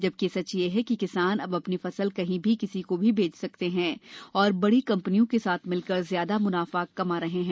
जबकि सच यह है कि किसान अब अपनी फसल कहीं भी किसी को भी बेंच सकते हैं और बड़ी कम्पनियों के साथ मिलकर ज्यादा मुनाफा कमा सकते हैं